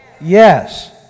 Yes